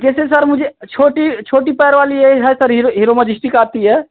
जैसे सर मुझे छोटी छोटी पैर वाली यही है सर हीरो हीरो मजिस्टिक आती है